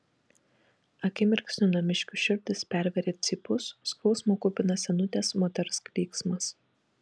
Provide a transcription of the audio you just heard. akimirksniu namiškių širdis pervėrė cypus skausmo kupinas senutės moters klyksmas